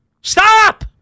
Stop